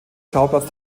schauplatz